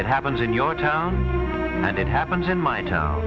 get happens in your town and it happens in my town